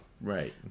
Right